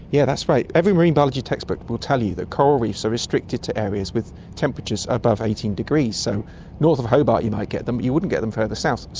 yeah that's right. every marine biology textbook will tell you that coral reefs are restricted to areas with temperatures above eighteen degrees. so north of hobart you might get them but you wouldn't get them further south,